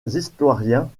historiens